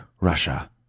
Russia